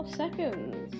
seconds